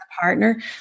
partner